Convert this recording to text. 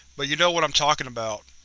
but you know what i'm talking about.